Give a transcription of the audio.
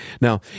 Now